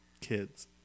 kids